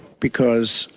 because,